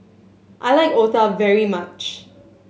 I like otah very much